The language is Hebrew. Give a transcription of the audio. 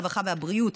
הרווחה והבריאות.